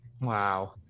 Wow